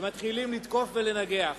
ומתחילים לתקוף ולנגח.